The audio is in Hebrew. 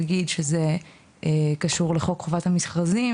רק אגיד שזה קשור לחוק חובת המכרזים,